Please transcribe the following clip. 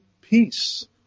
peace